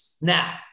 Now